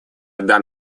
дам